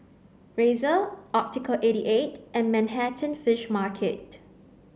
Razer Optical eighty eight and Manhattan Fish Market